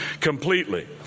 completely